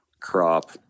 crop